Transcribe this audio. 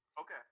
okay